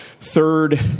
third